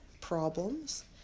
problems